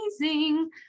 amazing